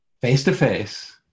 face-to-face